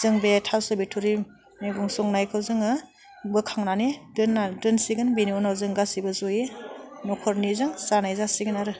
जों बे थास' बिथ'रि मैगं संनायखौ जोङो बोखांनानै दोनना दोनसिगोन बेनि उनाव जों गासिबो जयै नख'रनिजों जानाय जासिगोन आरो